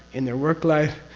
in their work life.